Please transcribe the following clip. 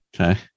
Okay